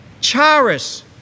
Charis